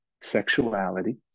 sexuality